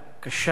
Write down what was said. קשה,